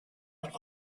but